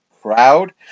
crowd